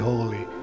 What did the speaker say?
Holy